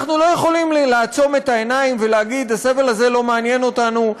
אנחנו לא יכולים לעצום את העיניים ולהגיד: הסבל הזה לא מעניין אותנו,